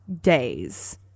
days